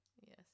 Yes